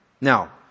Now